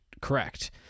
correct